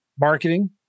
marketing